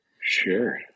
Sure